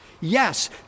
Yes